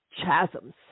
chasms